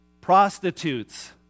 prostitutes